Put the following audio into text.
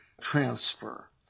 transfer